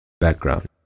Background